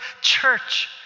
church